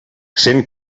cent